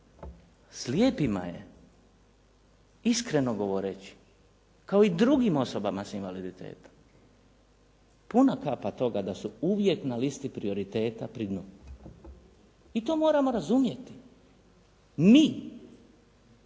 Slijepima je, iskreno govoreći, kao i drugim osobama s invaliditetom, puna kapa toga da su uvijek na listi prioriteta pri dnu. I to moramo razumjeti mi